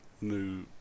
new